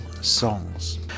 songs